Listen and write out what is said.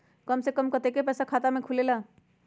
कम से कम कतेइक पैसा में खाता खुलेला?